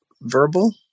verbal